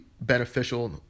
beneficial